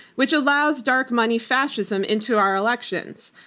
which allows dark money fascism into our elections.